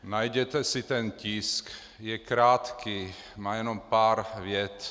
Najděte si ten tisk, je krátký, má jenom pár vět.